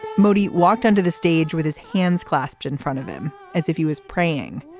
modi walked onto the stage with his hands clasped in front of him as if he was praying.